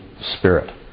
Spirit